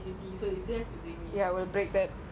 me I still haven't gone like